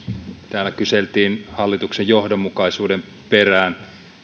täällä kyseltiin hallituksen johdonmukaisuuden perään kyllähän